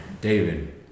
David